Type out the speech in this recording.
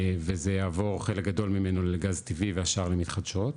וזה יעבור חלק גדול ממנו לגז טבעי והשאר למתחדשות,